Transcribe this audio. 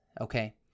Okay